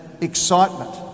excitement